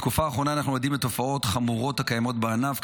בתקופה האחרונה אנחנו עדים לתופעות חמורות הקיימות בענף,